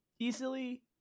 easily